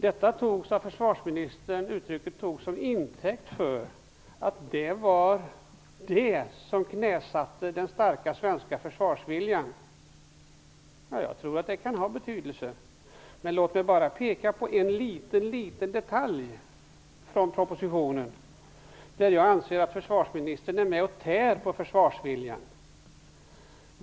Detta uttryck togs av försvarsministern som intäkt för att det var det som knäsatte den starka svenska försvarsviljan. Jag tror att det kan ha betydelse. Låt mig bara peka på en liten detalj i propositionen, där jag anser att försvarsministern är med och tär på försvarsviljan.